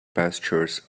pastures